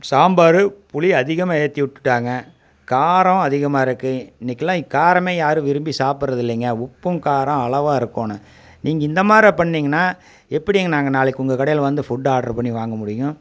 சாம்பார் புளி அதிகமாக ஏற்றி விட்டுட்டாங்க காரம் அதிகமாக இருக்குது இன்னிக்கிலாம் காரமே யாரும் விரும்பி சாப்பிட்றதில்லைங்க உப்பும் காரம் அளவாக இருக்கணும் நீங்கள் இந்த மாரி பண்ணிங்கன்னா எப்படிங்க நாங்கள் நாளைக்கு உங்கள் கடையில் வந்து ஃபுட் ஆர்ட்ரு பண்ணி வாங்க முடியும்